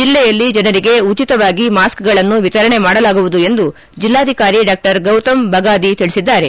ಜಿಲ್ಲೆಯಲ್ಲಿ ಜನರಿಗೆ ಉಚಿತವಾಗಿ ಮಾಸ್ಕೆಗಳನ್ನು ವಿತರಣೆ ಮಾಡಲಾಗುವುದು ಎಂದು ಜಲ್ಲಾಧಿಕಾರಿ ಡಾ ಗೌತಮ್ ಬಗಾದಿ ತಿಳಿಸಿದ್ದಾರೆ